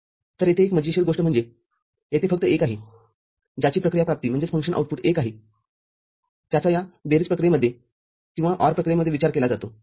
तर येथे एक मजेशीर गोष्ट म्हणजे येथे फक्त एक आहे ज्याची प्रक्रिया प्राप्ती१ आहेज्याचा या बेरीज प्रक्रियेमध्ये किंवा OR प्रक्रियेमध्ये विचार केला जातो